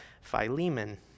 Philemon